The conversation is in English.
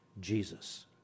Jesus